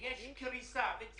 אבל מיוחד